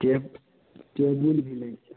टेब table भी लैके छै